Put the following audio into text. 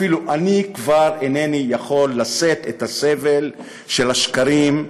אפילו אני כבר אינני יכול לשאת את הסבל של השקרים,